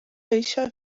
eixa